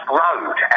road